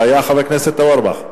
יש בעיה, חבר הכנסת אורבך?